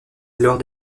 lors